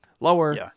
lower